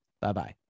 Bye-bye